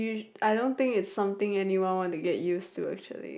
I don't think it's something anyone want to get used to actually